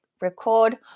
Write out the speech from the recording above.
record